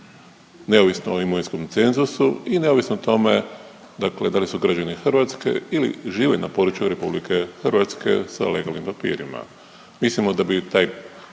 neovisno o imovinskom cenzusu i neovisno o tome, dakle da li su građani Hrvatske ili žive na području RH sa legalnim papirima? Mislimo da bi taj,